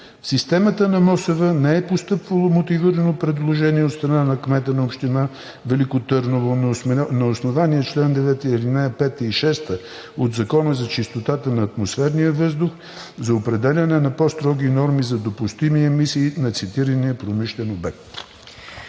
системата на МОСВ не е постъпвало мотивирано предложение от страна на кмета на община Велико Търново на основание чл. 9, алинеи 5 и 6 от Закона за чистотата на атмосферния въздух за определяне на по-строги норми за допустими емисии на цитирания промишлен обект.